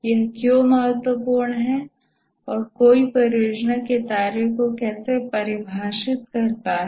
यह महत्वपूर्ण क्यों है और कोई परियोजना के दायरे को कैसे परिभाषित करता है